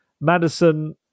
Madison